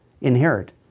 inherit